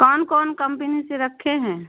कौन कौन कम्पनी से रखे हैं